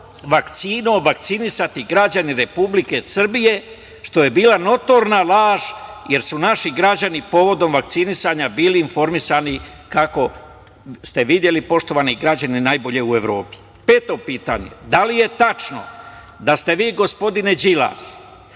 vakcinom vakcinisati građani Republike Srbije, što je bila notorna laž, jer su naši građani povodom vakcinisanja bili informisani, kako ste videli, poštovani građani, najbolje u Evropi? Peto pitanje, da li je tačno da ste vi, gospodine Đilas,